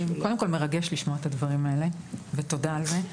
מרגש לשמוע את הדברים האלה ותודה על כך.